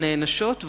נענשות,